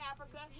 Africa